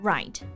Right